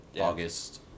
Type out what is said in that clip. August